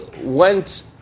went